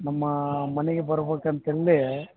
ನಮ್ಮ ಮನೆಗೆ ಬರ್ಬಕು ಅಂತಂದು